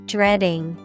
Dreading